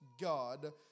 God